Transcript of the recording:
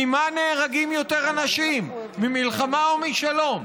ממה נהרגים יותר אנשים, ממלחמה או משלום?